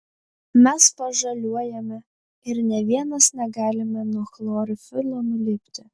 mes pažaliuojame ir nė vienas negalime nuo chlorofilo nulipti